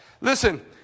Listen